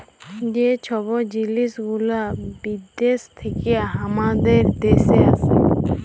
যে ছব জিলিস গুলা বিদ্যাস থ্যাইকে আমাদের দ্যাশে আসে